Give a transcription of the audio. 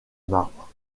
marbre